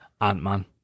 ant-man